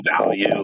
value